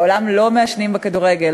בעולם לא מעשנים בכדורגל,